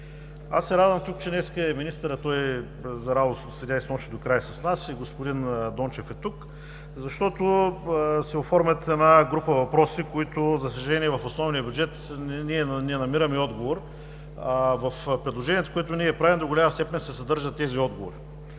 Аз се радвам, че тук днес е министърът. Той за радост и сега, и снощи беше до края с нас, и господин Дончев е тук, защото се оформят една група въпроси, на които, за съжаление, в основния бюджет не намираме отговор. В предложението, което ние правим, до голяма степен се съдържат тези отговори,